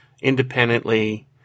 independently